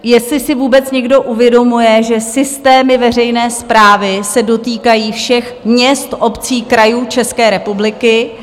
Jestli si vůbec někdo uvědomuje, že systémy veřejné správy se dotýkají všech měst, obcí, krajů České republiky?